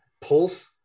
Pulse